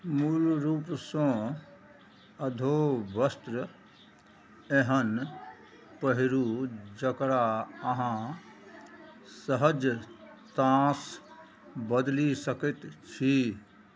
मूलरूपसँ अधोवस्त्र एहन पहिरू जकरा अहाँ सहजतासे बदलि सकै छी